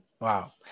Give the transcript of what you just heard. wow